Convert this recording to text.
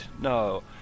No